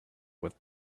with